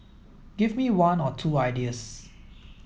give me one or two ideas